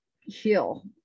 heal